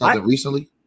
recently